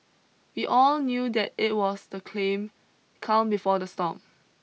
we all knew that it was the clean calm before the storm